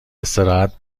استراحت